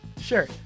Sure